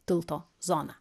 tilto zoną